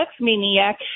maniac